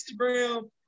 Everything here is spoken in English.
Instagram